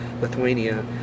Lithuania